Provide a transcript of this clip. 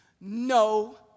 no